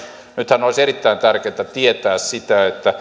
nythän olisi erittäin tärkeätä tietää se